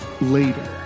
later